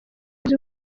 uzi